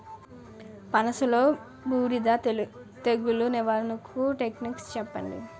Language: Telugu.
పనస లో బూడిద తెగులు నివారణకు టెక్నిక్స్ చెప్పండి?